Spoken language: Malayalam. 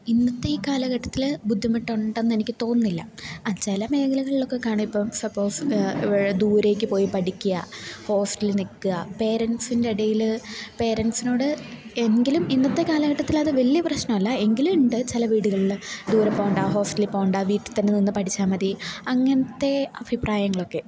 ഇന്നത്തെ ഈ കാലഘട്ടത്തില് ബുദ്ധിമുട്ടുണ്ടെന്ന് എനിക്ക് തോന്നുന്നില്ല ആ ചില മേഖലകളിലൊക്കെ കാണും ഇപ്പം സപ്പോസ് ദൂരേക്ക് പോയി പഠിക്കുക ഹോസ്റ്റലില് നില്ക്കുക പേരൻസിൻ്റെ ഇടയില് പേരെൻസിനോട് എങ്കിലും ഇന്നത്തെ കാലഘട്ടത്തിലത് വലിയ പ്രശ്നമല്ല എങ്കിലുമുണ്ട് ചില വീടുകളില് ദൂരെ പോകേണ്ട ഹോസ്റ്റലിൽ പോകേണ്ട വീട്ടില് തന്നെ നിന്ന് പഠിച്ചാല് മതി അങ്ങനത്തെ അഭിപ്രായങ്ങളൊക്കെ